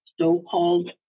so-called